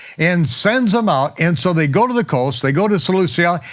and sends em out. and so they go to the coast, they go to seleucia,